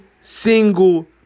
single